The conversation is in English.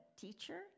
teacher